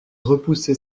repoussé